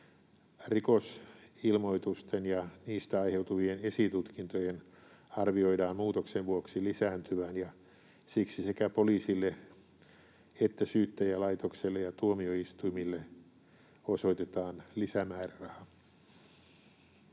Rikosilmoitusten ja niistä aiheutuvien esitutkintojen arvioidaan muutoksen vuoksi lisääntyvän, ja siksi sekä poliisille että Syyttäjälaitokselle ja tuomioistuimille osoitetaan lisämääräraha.